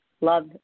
love